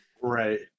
Right